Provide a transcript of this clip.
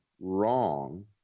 wrong